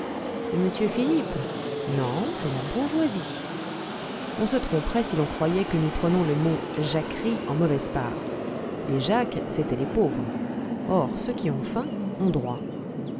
c'est monsieur philippe non c'est la bourgeoisie on se tromperait si l'on croyait que nous prenons le mot jacquerie en mauvaise part les jacques c'étaient les pauvres or ceux qui ont faim ont droit